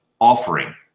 offering